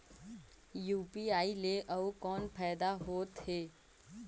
UPI ले अउ कौन फायदा होथ है?